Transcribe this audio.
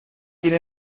quién